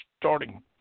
starting